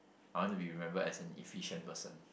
I want to be remembered as an efficient person